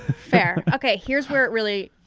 fair. okay, here's where it really,